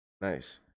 Nice